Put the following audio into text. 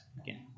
Again